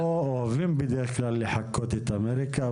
פה אוהבים בדרך כלל לחקות את אמריקה,